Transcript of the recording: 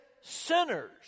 sinners